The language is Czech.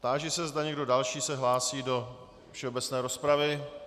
Táži se, zda se někdo další hlásí do všeobecné rozpravy.